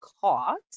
caught